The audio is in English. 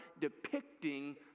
depicting